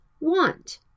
want